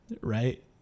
right